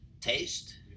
taste